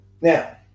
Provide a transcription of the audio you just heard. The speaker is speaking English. Now